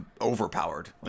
overpowered